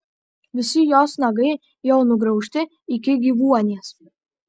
visi jos nagai jau nugraužti iki gyvuonies